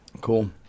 Cool